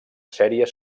sèrie